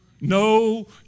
No